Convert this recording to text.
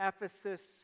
Ephesus